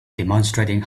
demonstrating